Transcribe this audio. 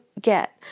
get